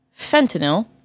fentanyl